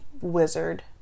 wizard